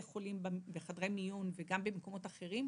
חולים בחדרי מיון וגם במקומות אחרים,